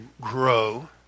grow